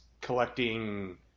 collecting